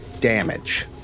damage